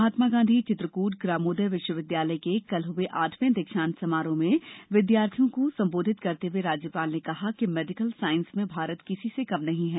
महात्मा गांधी चित्रकूट ग्रामोदय विश्वविद्यालय के कल हुए आठवे दीक्षांत समारोह में विद्यार्थियों को संबोधित करते हुए राज्यपाल ने कहा कि मेडिकल साइंस में भारत किसी से कम नहीं है